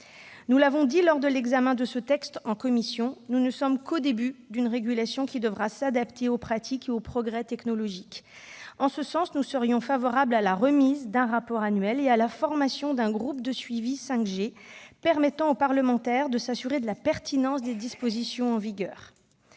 Nous l'avons dit lors de l'examen de ce texte en commission, nous ne sommes qu'au début d'une régulation qui devra s'adapter aux pratiques et aux progrès technologiques. En ce sens, nous serions favorables à la remise d'un rapport annuel au Parlement et à la formation d'un groupe de suivi 5G, permettant aux parlementaires de s'assurer de la pertinence des dispositions en vigueur.